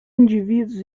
indivíduos